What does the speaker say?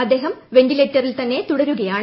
അദ്ദേഹം വെന്റിലേറ്ററിൽ തന്നെ തുടരുകയാണ്